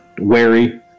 wary